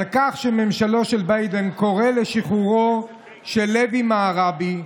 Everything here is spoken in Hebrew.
על כך שממשלו של ביידן קורא לשחרורו של לוי מראבי,